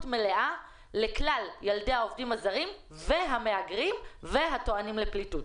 מלאה לכלל ילדי העובדים הזרים והמהגרים והטוענים לפליטות.